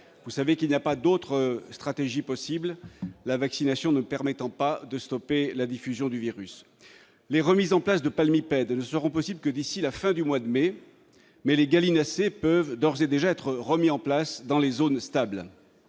Il n'y a pas d'autre stratégie possible, la vaccination ne permettant pas de stopper la diffusion du virus. Les remises en place de palmipèdes ne seront possibles que d'ici à la fin du mois de mai, mais les gallinacés peuvent d'ores et déjà être remis en place dans les zones stables.